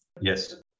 Yes